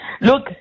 Look